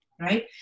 right